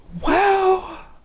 Wow